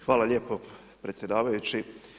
Hvala lijepo predsjedavajući.